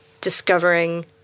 discovering